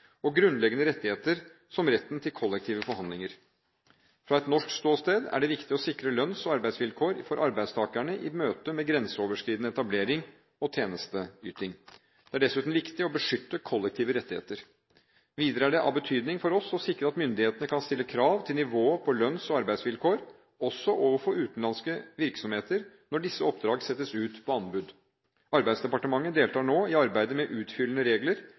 og grunnleggende rettigheter som retten til kollektive forhandlinger. Fra et norsk ståsted er det viktig å sikre lønns- og arbeidsvilkår for arbeidstakerne i møtet med grenseoverskridende etablering og tjenesteyting. Det er dessuten viktig å beskytte kollektive rettigheter. Videre er det av betydning for oss å sikre at myndighetene kan stille krav til nivået på lønns- og arbeidsvilkår, også overfor utenlandske virksomheter når disse oppdrag settes ut på anbud. Arbeidsdepartementet deltar nå i arbeidet med utfyllende regler